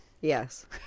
Yes